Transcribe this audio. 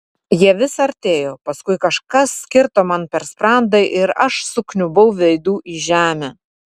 jie vis artėjo paskui kažkas kirto man per sprandą ir aš sukniubau veidu į žemę